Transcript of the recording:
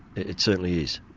it certainly is.